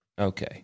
Okay